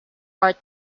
art